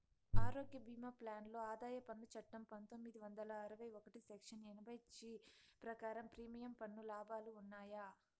ఆరోగ్య భీమా ప్లాన్ లో ఆదాయ పన్ను చట్టం పందొమ్మిది వందల అరవై ఒకటి సెక్షన్ ఎనభై జీ ప్రకారం ప్రీమియం పన్ను లాభాలు ఉన్నాయా?